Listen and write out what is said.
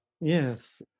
Yes